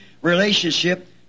relationship